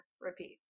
repeat